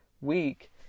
week